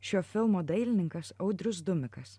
šio filmo dailininkas audrius dumikas